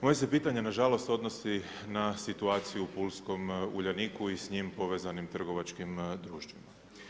Moje se pitanje na žalost odnosi na situaciju u pulskom Uljaniku i s njim povezanim trgovačkim društvima.